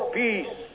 peace